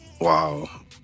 Wow